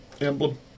Emblem